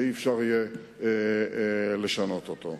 שלא יהיה אפשר לשנות אותו.